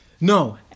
No